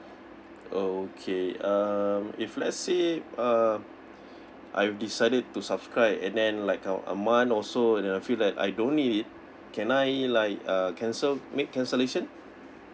okay um if let's say uh I've decided to subscride and then like a a month also and uh I feel that I don't need can I like uh cancel make cancellation